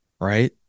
right